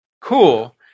cool